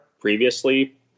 previously